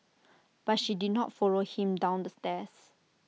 but she did not follow him down the stairs